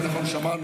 יותר נכון שמענו,